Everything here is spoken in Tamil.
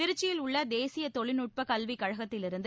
திருச்சியில் உள்ள தேசிய தொழில்நுட்ப கல்விக்கழகத்திலிருந்து